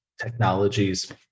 technologies